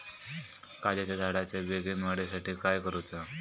काजीच्या झाडाच्या बेगीन वाढी साठी काय करूचा?